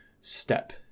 step